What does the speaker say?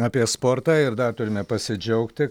apie sportą ir dar turime pasidžiaugti